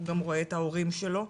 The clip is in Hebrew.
הוא גם רואה את ההורים שלו,